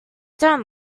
don’t